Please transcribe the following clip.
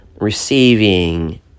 receiving